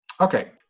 Okay